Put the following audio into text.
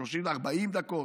40 דקות,